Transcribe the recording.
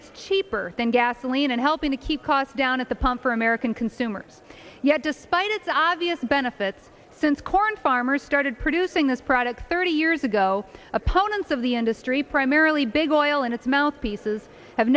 it's cheaper than gasoline and helping to keep costs down at the pump for american consumers yet despite its obvious benefits since corn farmers started producing this product thirty years ago opponents of the industry primarily big oil and its mouthpieces have